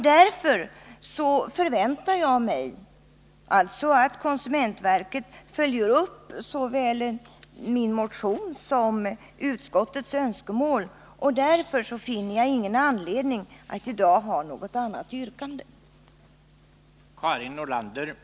Jag förväntar mig att konsumentverket följer upp såväl min motion som utskottets önskemål, och därför finner jag ingen anledning att i dag ställa något annat yrkande än om bifall till utskottets hemställan.